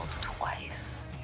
twice